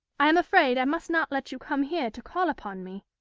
i am afraid i must not let you come here to call upon me.